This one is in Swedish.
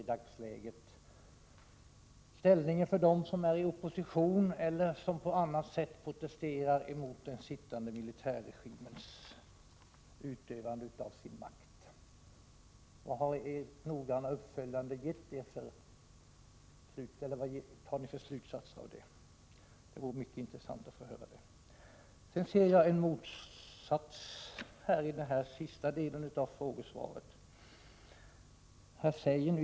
Hur bedömer ni ställningen för dem som är i opposition eller som på annat sätt protesterar mot den sittande militärregimens utövande av sin makt? Vad har ni dragit för slutsatsar av er noggranna uppföljning? Det vore mycket intressant att få höra. Jag ser en motsägelse i den sista delen av frågesvaret.